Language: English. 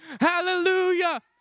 Hallelujah